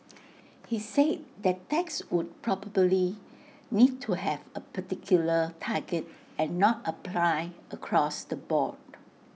he say that tax would probably need to have A particular target and not apply across the board